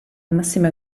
massima